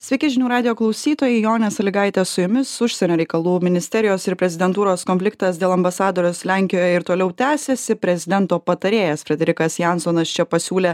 sveiki žinių radijo klausytojai jonė saligaitė su jumis užsienio reikalų ministerijos ir prezidentūros konfliktas dėl ambasadorės lenkijoj ir toliau tęsiasi prezidento patarėjas frederikas jansonas čia pasiūlė